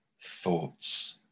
thoughts